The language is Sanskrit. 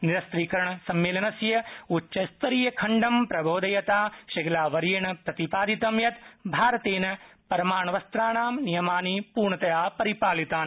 निरस्त्रीकरण सम्मेलनस्य उच्चस्तरीयप्रखडं संबोधयता श्रंगलावर्येण प्रतिपादितं यत् भारतेन परमाण्वस्त्राणां नियमानि पूर्णतया परिपालितानि